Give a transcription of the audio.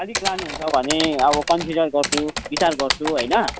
अलिक लानु हुन्छ भने अब कन्सिडर गर्छु बिचार गर्छु होइन